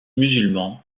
musulmans